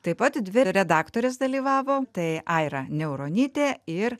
taip pat dvi redaktorės dalyvavo tai aira niauronytė ir